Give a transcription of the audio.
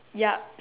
ya